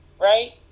right